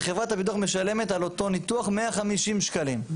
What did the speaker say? וחברת הביטוח משלמת על אותו ניתוח 150 שקלים,